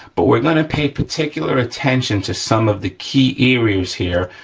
but we're gonna pay particular attention to some of the key areas here,